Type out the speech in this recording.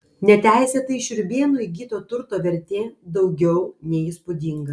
neteisėtai šriūbėnų įgyto turto vertė daugiau nei įspūdinga